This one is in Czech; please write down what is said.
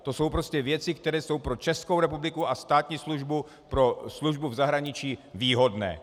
To jsou prostě věci, které jsou pro Českou republiku a státní službu, pro službu v zahraničí, výhodné.